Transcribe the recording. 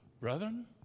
brethren